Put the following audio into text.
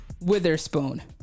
Witherspoon